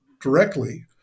directly